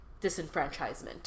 disenfranchisement